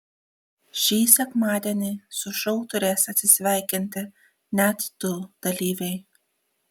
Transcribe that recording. šį sekmadienį su šou turės atsisveikinti net du dalyviai